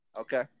Okay